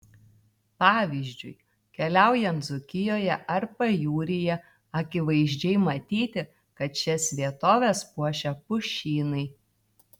pavyzdžiui keliaujant dzūkijoje ar pajūryje akivaizdžiai matyti kad šias vietoves puošia pušynai